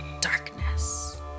darkness